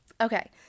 Okay